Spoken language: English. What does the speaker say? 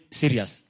serious